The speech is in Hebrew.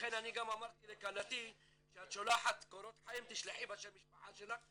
לכן אמרתי לכלתי "כשאת שולחת קורות חיים תשלחי עם שם המשפחה שלך,